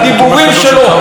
בדיבורים שלו,